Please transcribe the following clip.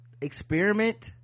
experiment